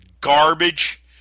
garbage